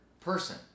person